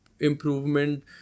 Improvement